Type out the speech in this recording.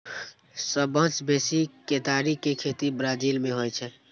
सबसं बेसी केतारी के खेती ब्राजील मे होइ छै